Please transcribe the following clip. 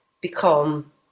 Become